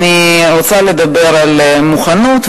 אני רוצה לדבר על מוכנות,